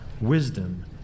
Wisdom